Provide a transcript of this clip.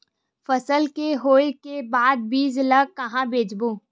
फसल के होय के बाद बीज ला कहां बेचबो?